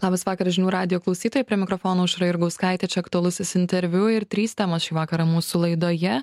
labas vakaras žinių radijo klausytojai prie mikrofono aušra jurgauskaitė aktualusis interviu ir trys temos šį vakarą mūsų laidoje